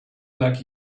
like